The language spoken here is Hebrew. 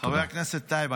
חבר הכנסת טייב,